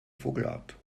vogelart